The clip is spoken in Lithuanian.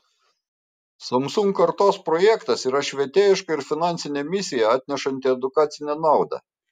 samsung kartos projektas yra švietėjiška ir finansinė misija atnešanti edukacinę naudą